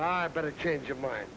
i better change your mind